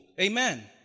Amen